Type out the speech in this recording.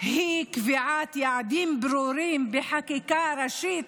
היא קביעת יעדים ברורים בחקיקה ראשית